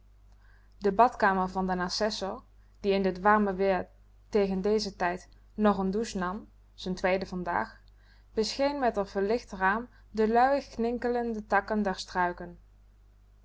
de badkamer van den assessor die in dit warme weêr tegen dezen tijd nag n douche nam z'n tweede vandaag bescheen met r verlicht raam de luiig knikkelende takken der struiken